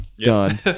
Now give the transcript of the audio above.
done